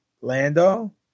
Lando